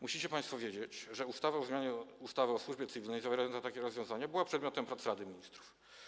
Musicie państwo wiedzieć, że ustawa o zmianie ustawy o służbie cywilnej zawierająca takie rozwiązanie była przedmiotem prac Rady Ministrów.